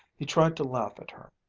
he tried to laugh at her,